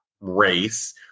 race